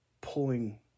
pulling